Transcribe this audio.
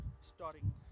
starting